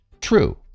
True